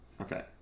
Okay